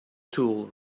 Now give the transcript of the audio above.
tool